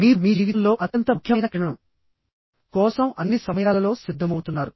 మీరు మీ జీవితంలో అత్యంత ముఖ్యమైన క్షణం అయిన ఇంటర్వ్యూ కోసం అన్ని సమయాలలో సిద్ధమవుతున్నారు